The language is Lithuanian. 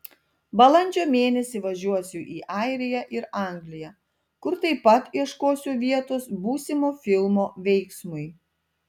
balandžio mėnesį važiuosiu į airiją ir angliją kur taip pat ieškosiu vietos būsimo filmo veiksmui